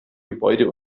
gebäude